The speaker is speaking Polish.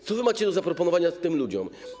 Co wy macie do zaproponowania tym ludziom?